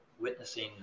witnessing